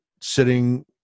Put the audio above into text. sitting